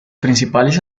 principales